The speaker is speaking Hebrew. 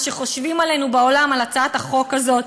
מה שחושבים עלינו בעולם בגלל הצעת החוק הזאת.